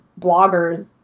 bloggers